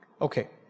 Okay